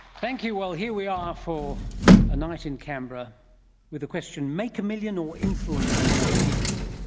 thank you. well, here we are for a night in canberra with a question, make a million or influence a million people.